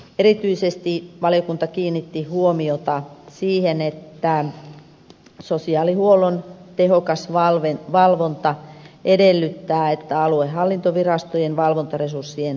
erityisesti valiokunta kiinnitti huomiota siihen että sosiaalihuollon tehokas valvonta edellyttää että aluehallintovirastojen valvontaresurssien riittävyydestä huolehditaan